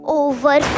over